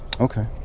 Okay